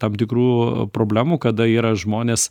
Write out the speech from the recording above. tam tikrų problemų kada yra žmonės